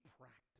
practice